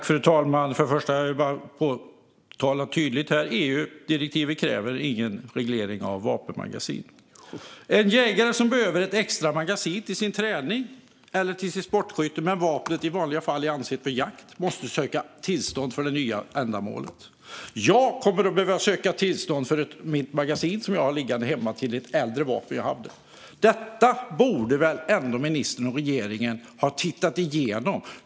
Fru talman! Först och främst vill jag tydligt säga att EU-direktivet inte kräver någon reglering av vapenmagasin. En jägare som för sin träning eller sitt sportskytte behöver ett extra magasin till ett vapen som i vanliga fall används för jakt måste söka tillstånd för det nya ändamålet. Jag kommer att behöva söka tillstånd för mitt magasin som jag har liggande hemma, som hör till ett äldre vapen som jag tidigare hade. Detta borde väl ändå ministern och regeringen ha tittat igenom?